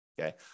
okay